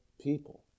people